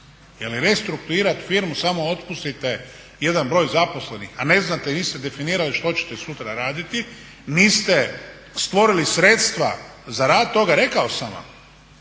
Jer restrukturirat firmu, samo otpustite jedan broj zaposlenih, a ne znate, niste definirali što ćete sutra raditi, niste stvorili sredstva za rad toga. Rekao sam vam,